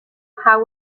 how